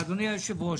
אדוני היושב-ראש,